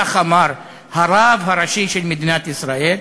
כך אמר הרב הראשי של מדינת ישראל,